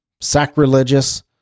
sacrilegious